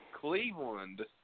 Cleveland